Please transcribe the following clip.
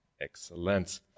Excellent